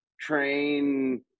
train